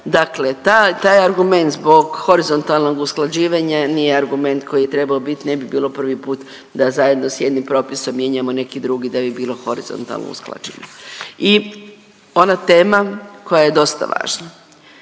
Dakle, ta, taj argument zbog horizontalnog usklađivanja nije argument koji je trebao biti ne bi bilo prvi put da zajedno s jednim propisom mijenjamo i neki drugi da bi bilo horizontalno usklađeno. I ona tema koja je dosta važna,